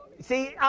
See